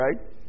right